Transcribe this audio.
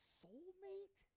soulmate